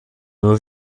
mot